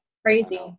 Crazy